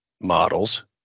models